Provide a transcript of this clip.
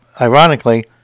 ironically